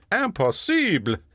Impossible